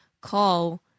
call